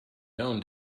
known